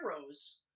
heroes